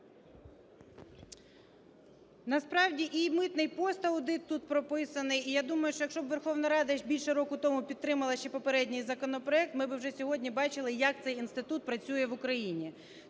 Насправді і митний пост-аудит тут прописаний, і я думаю, що якщо б Верховна Рада більш року тому підтримала ще попередній законопроект, ми би вже сьогодні бачили, як цей інститут працює в Україні.